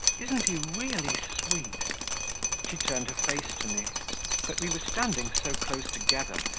isn't he really sweet she turned her face to me but we were standing so close together,